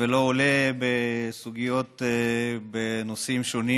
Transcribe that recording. ולא עולה בסוגיות בנושאים שונים,